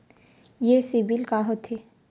ये सीबिल का होथे?